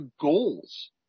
goals